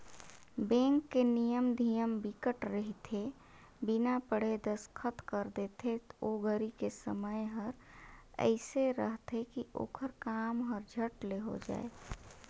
bank के नियम धियम बिकट रहिथे बिना पढ़े दस्खत कर देथे ओ घरी के समय हर एइसे रहथे की ओखर काम हर झट ले हो जाये